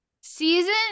Season